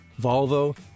Volvo